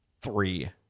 three